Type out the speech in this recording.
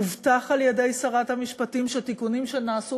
הובטח על-ידי שרת המשפטים שתיקונים שנעשו